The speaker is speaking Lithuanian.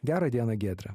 gerą dieną giedre